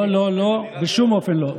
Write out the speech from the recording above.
לא לא לא, בשום אופן לא.